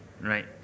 Right